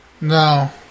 No